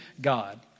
God